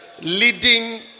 Leading